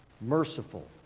merciful